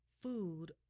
food